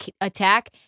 attack